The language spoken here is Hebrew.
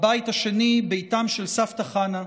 הבית השני, ביתם של סבתא חנה,